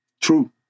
true